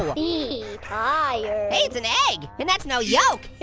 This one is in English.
me tired. hey, it's an egg. and that's no yolk!